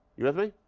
you with me?